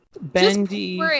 bendy